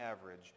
average